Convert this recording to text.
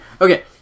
Okay